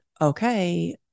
okay